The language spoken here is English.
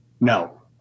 No